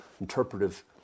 interpretive